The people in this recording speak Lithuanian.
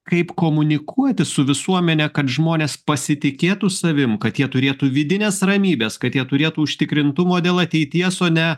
kaip komunikuoti su visuomene kad žmonės pasitikėtų savim kad jie turėtų vidinės ramybės kad jie turėtų užtikrintumo dėl ateities o ne